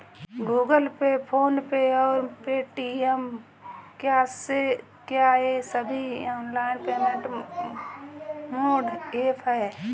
Google Pay PhonePe और Paytm क्या ये सभी ऑनलाइन पेमेंट मोड ऐप हैं?